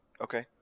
Okay